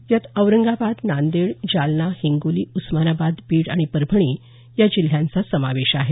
यात औरंगाबाद नांदेड जालना हिंगोली उस्मानाबाद बीड आणि परभणी या जिल्ह्यांचा समावेश आहे